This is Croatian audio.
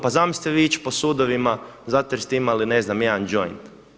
Pa zamislite vi ići po sudovima zato jer ste imali ne znam jedan joint?